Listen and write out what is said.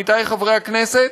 עמיתי חברי הכנסת,